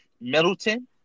Middleton